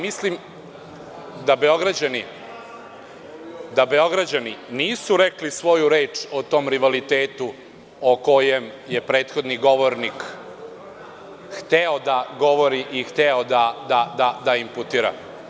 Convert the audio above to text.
Mislim da Beograđani nisu rekli svoju reč o tom rivalitetu o kojem je prethodni govornik hteo da govori i hteo da imputira.